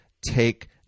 take